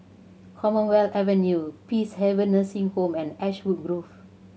Commonwealth Avenue Peacehaven Nursing Home and Ashwood Grove